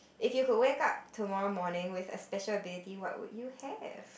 if you could wake up tomorrow morning with a special ability what would you have